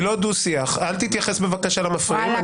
אל תתייחס בבקשה למפריעים.